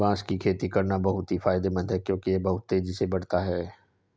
बांस की खेती करना बहुत ही फायदेमंद है क्योंकि यह बहुत तेजी से बढ़ता है